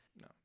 No